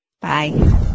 Bye